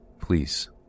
Please